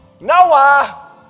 Noah